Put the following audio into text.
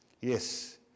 Yes